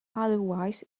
otherwise